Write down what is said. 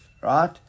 Right